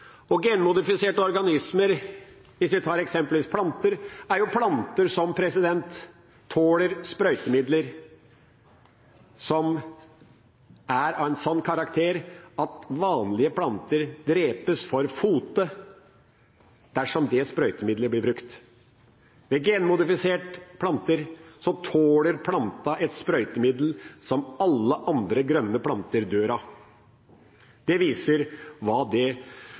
Genmodifiserte organismer, hvis vi eksempelvis tar planter, er planter som tåler sprøytemidler som er av en sånn karakter at vanlige planter drepes for fote dersom dette sprøytemiddelet blir brukt. Når det gjelder genmodifiserte planter, tåler planten et sprøytemiddel som alle andre grønne planter dør av. Det viser hva den planten inneholder, og det